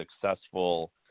successful